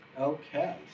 Okay